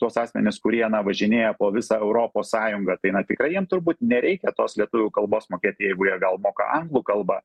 tuos asmenis kurie na važinėja po visą europos sąjungą tai na tikrai jiem turbūt nereikia tos lietuvių kalbos mokėt jeigu jie gal moka anglų kalbą